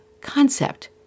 concept